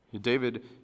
David